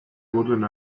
worden